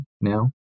now